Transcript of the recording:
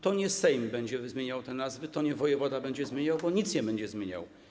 To nie Sejm będzie zmieniał te nazwy, to nie wojewoda będzie je zmieniał, bo nic nie będzie zmieniał.